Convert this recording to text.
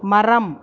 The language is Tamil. மரம்